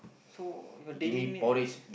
so your daily meal